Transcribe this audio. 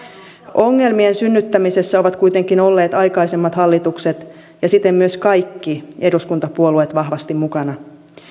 ongelmien synnyttämisessä ovat kuitenkin olleet aikaisemmat hallitukset ja siten myös kaikki eduskuntapuolueet vahvasti mukana